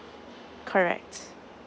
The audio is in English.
correct